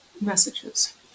messages